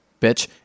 Bitch